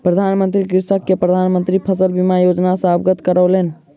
प्रधान मंत्री कृषक के प्रधान मंत्री फसल बीमा योजना सॅ अवगत करौलैन